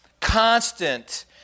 constant